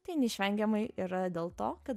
tai neišvengiamai yra dėl to kad